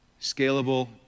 scalable